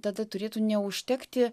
tada turėtų neužtekti